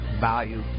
value